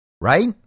right